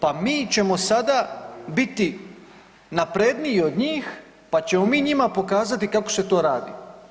Pa mi ćemo sada biti napredniji od njih pa ćemo mi njima pokazati kako se to radi.